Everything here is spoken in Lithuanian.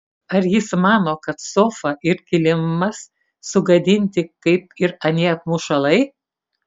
ar jis mano kad sofa ir kilimas sugadinti kaip ir anie apmušalai